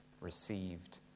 received